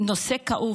נושא כאוב,